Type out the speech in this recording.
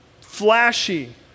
flashy